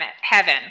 heaven